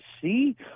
See